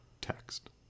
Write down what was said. text